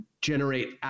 generate